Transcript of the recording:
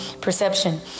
perception